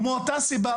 ומאותה סיבה,